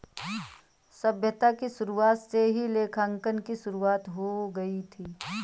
सभ्यता की शुरुआत से ही लेखांकन की शुरुआत हो गई थी